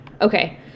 okay